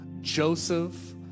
Joseph